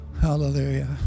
Hallelujah